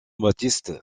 baptiste